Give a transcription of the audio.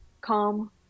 Calm